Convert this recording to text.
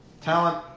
talent